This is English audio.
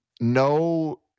No